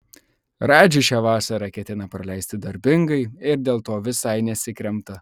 radži šią vasarą ketina praleisti darbingai ir dėl to visai nesikremta